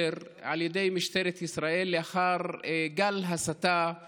אני רוצה לומר: מה השתנה מאז המחאה שלכם